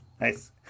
Nice